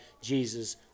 Jesus